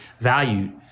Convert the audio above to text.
valued